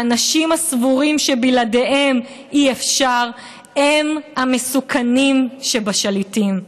האנשים הסבורים שבלעדיהם אי-אפשר הם המסוכנים שבשליטים".